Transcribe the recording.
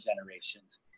generations